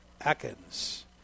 Atkins